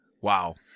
Wow